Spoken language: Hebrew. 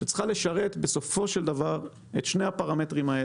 שצריכה לשרת את שני הפרמטרים: